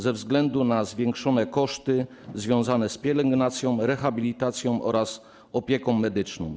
ze względu na zwiększone koszty związane z pielęgnacją, rehabilitacją oraz opieką medyczną.